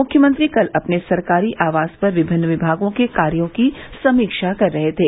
मुख्यमंत्री कल अपने सरकारी आवास पर विभिन्न विभागों के कार्यो की समीक्षा कर रहे थे